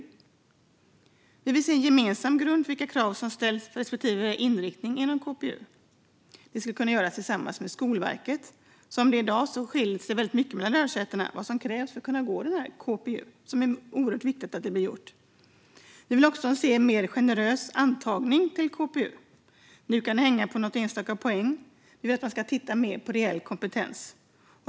Vi vill se en gemensam grund för vilka krav som ska ställas för respektive inriktning inom KPU, vilken skulle kunna tas fram tillsammans med Skolverket. Som det är i dag skiljer sig kraven för att kunna gå på KPU väldigt mycket mellan lärosätena, så det är oerhört viktigt att det blir gjort. Vi vill också se en mer generös antagning till KPU. Nu kan det hänga på något enstaka poäng. Vi vill att man ska titta mer på reell kompetens.